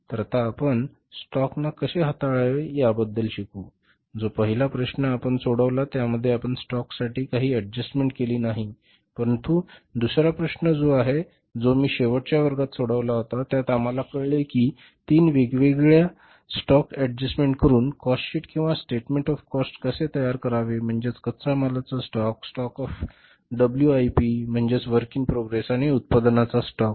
तर आता आपण स्टॉक ना कसे हाताळावे याबद्दल शिकू जो पहिला प्रश्न आपण सोडवला त्यामध्ये आपण स्टॉक साठी काही एडजस्टमेंट केली नाही परंतु दुसरा प्रश्न जो आहे तो मी शेवटच्या वर्गात सोडवला होता त्यात आम्हाला कळले की तीन वेगवेगळे स्टॉक ऍडजेस्ट करून कॉस्ट शीट किंवा स्टेटमेंट ऑफ कॉस्ट कसे तयार करावे म्हणजेच कच्चा मालाचा stock stock of W I P म्हणजेच वर्क इन प्रोसेस आणि उत्पादनाचा स्टॉक